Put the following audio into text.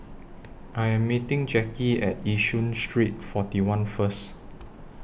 I Am meeting Jackie At Yishun Street forty one First